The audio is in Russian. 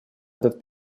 этот